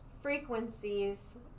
frequencies